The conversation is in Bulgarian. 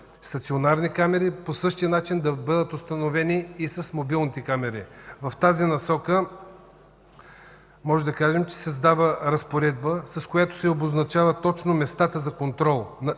стационарни камери, по същия начин да бъдат установени с мобилните камери. В тази насока можем да кажем, че се създава разпоредба, с която се обозначават точно местата за контрол